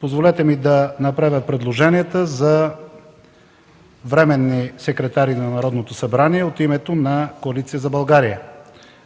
позволете ми да направя предложенията за временни секретари на Народното събрание от името на Коалиция за България.